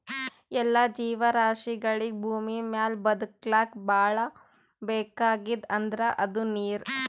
ಎಲ್ಲಾ ಜೀವರಾಶಿಗಳಿಗ್ ಭೂಮಿಮ್ಯಾಲ್ ಬದಕ್ಲಕ್ ಭಾಳ್ ಬೇಕಾಗಿದ್ದ್ ಅಂದ್ರ ಅದು ನೀರ್